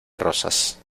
rosas